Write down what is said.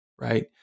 Right